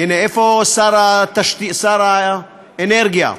איפה שר האנרגיה?